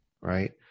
right